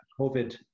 COVID